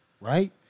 right